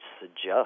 suggest